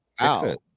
Wow